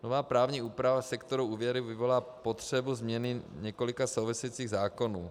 Nová právní úprava sektoru úvěry vyvolá potřebu změny několika souvisejících zákonů.